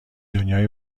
دنیای